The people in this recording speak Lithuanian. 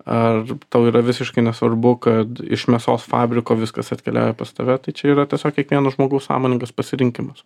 ar tau yra visiškai nesvarbu kad iš mėsos fabriko viskas atkeliauja pas tave tai čia yra tiesiog kiekvieno žmogaus sąmoningas pasirinkimas